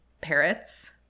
parrots